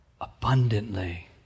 abundantly